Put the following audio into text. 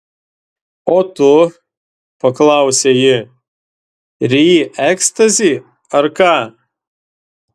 o tu paklausė ji ryji ekstazį ar ką